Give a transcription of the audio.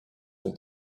all